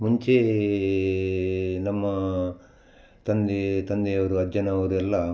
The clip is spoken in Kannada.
ಮುಂಚೆ ನಮ್ಮ ತಂದೆ ತಂದೆಯವರು ಅಜ್ಜನವರೆಲ್ಲ